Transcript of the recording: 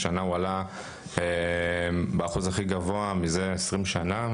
השנה הוא עלה באחוז הכי גבוה מזה 20 שנה.